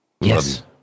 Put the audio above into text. Yes